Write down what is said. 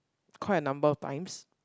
quite a number of times